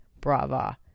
brava